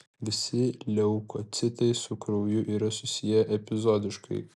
visi leukocitai su krauju yra susiję epizodiškai